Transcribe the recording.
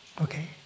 Okay